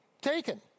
Taken